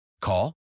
Call